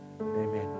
Amen